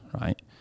right